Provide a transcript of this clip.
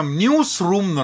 newsroom